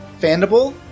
Fandible